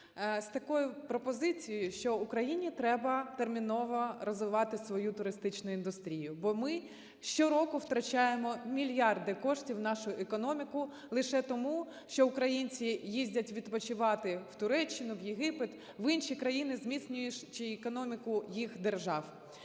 з такою пропозицією, що Україні треба терміново розвивати свою туристичну індустрію, бо ми щороку втрачаємо мільярди коштів в нашу економіку лише тому, що українці їздять відпочивати в Туреччину, в Єгипет, в інші країни, зміцнюючи економіку їх держав.